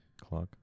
Clock